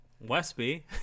Westby